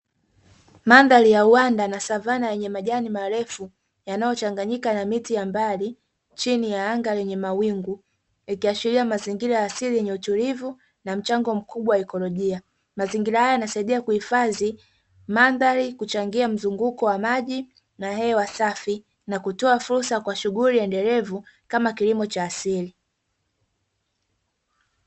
Mandhari ya uwanda na savana yenye majani marefu yanayochanganyika na miti ya mbalimbali, chini ya anga lenye mawingu ikiashiria mazingira ya asili yenye utulivu na mchango mkubwa wa ikolojia. Mazingira haya yanasaidia kuhifadhi mandhari, kuchangia mzunguko wa maji na hewa safi, na kutoa fursa kwa shughuli endelevu kama kilimo cha asili.